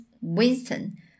Winston